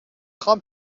خوام